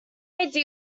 idea